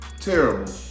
Terrible